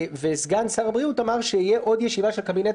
וסגן שר הבריאות אמר שתהיה עוד ישיבה של קבינט